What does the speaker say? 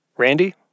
Randy